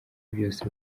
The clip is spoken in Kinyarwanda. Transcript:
byose